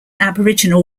aboriginal